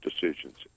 decisions